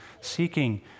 seeking